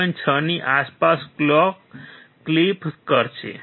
6 ની આસપાસ ક્યાંક ક્લિપ કરશે